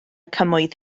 cymoedd